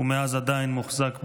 ומאז עדיין מוחזק בשבי,